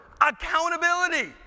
accountability